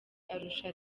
arusha